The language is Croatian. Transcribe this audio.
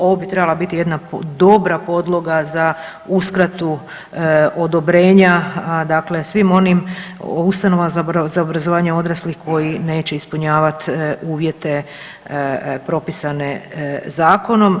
Ovo bi trebala biti jedna dobra podloga za uskratu odobrenja dakle svim onim ustanovama za obrazovanje odraslih koji neće ispunjavati uvjete propisane zakonom.